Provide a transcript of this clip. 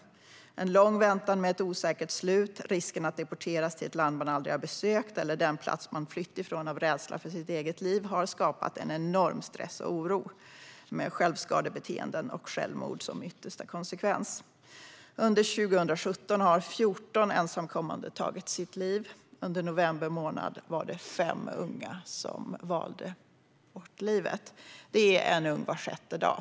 Följden har blivit en lång väntan med ett osäkert slut, risk att deporteras till ett land som man aldrig besökt eller den plats som man har flytt ifrån av rädsla för sitt eget liv har skapat en enorm stress och oro med självskadebeteenden och självmord som yttersta konsekvens. Under 2017 har 14 ensamkommande tagit sitt liv. Under november månad valde 5 unga bort livet. Det är en ung var sjätte dag.